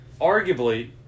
arguably